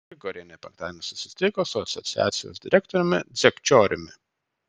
grigorienė penktadienį susitiko su asociacijos direktoriumi dzekčioriumi